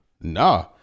nah